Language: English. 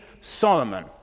Solomon